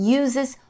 uses